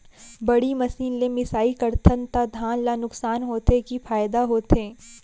बड़ी मशीन ले मिसाई करथन त धान ल नुकसान होथे की फायदा होथे?